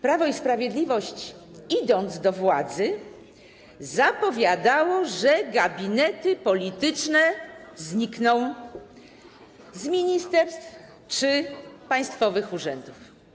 Prawo i Sprawiedliwość, idąc do władzy, zapowiadało, że gabinety polityczne znikną z ministerstw czy państwowych urzędów.